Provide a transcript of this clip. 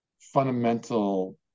fundamental